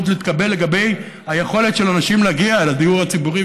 להתקבל לגבי היכולת של אנשים להגיע לדיור הציבורי,